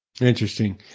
Interesting